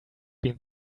been